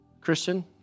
Christian